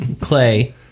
Clay